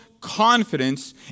confidence